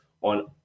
on